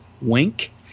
Wink